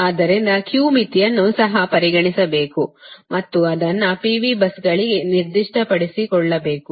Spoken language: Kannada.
ಆದ್ದರಿಂದ Q ಮಿತಿಯನ್ನು ಸಹ ಪರಿಗಣಿಸಬೇಕು ಮತ್ತು ಅದನ್ನು P V ಬಸ್ಗಳಿಗೆ ನಿರ್ದಿಷ್ಟಪಡಿಸಬೇಕು